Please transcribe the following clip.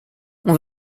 bain